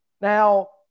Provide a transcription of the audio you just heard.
now